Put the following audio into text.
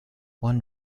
one